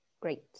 Great